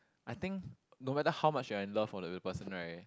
I think no matter how much you're in love for the person right